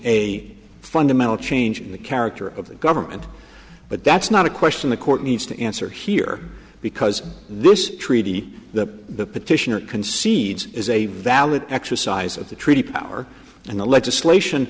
a fundamental change in the character of the government but that's not a question the court needs to answer here because this treaty that the petitioner concedes is a valid exercise of the treaty power and the legislation